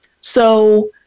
So-